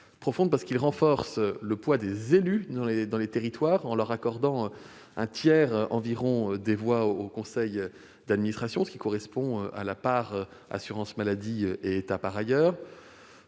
renforce également le poids des élus dans les territoires en leur accordant un tiers environ des voix au conseil d'administration, ce qui correspond à la part « assurance maladie » et à la part